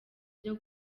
byo